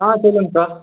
ஆ சொல்லுங்கக்கா